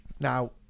Now